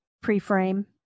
pre-frame